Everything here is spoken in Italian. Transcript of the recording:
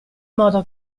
modo